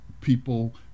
people